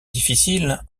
difficile